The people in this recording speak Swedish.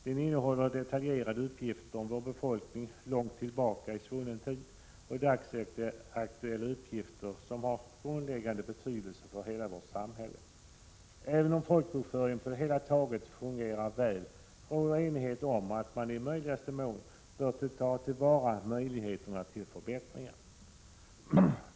Den innehåller detaljerade uppgifter om vår befolkning långt tillbaka i svunnen tid och dagsaktuella uppgifter som har grundläggande betydelse för hela vårt samhälle. Även om folkbokföringen på det hela taget fungerar väl, råder enighet om att man i möjligaste mån bör ta till vara möjligheterna till förbättringar.